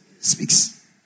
Speaks